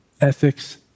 ethics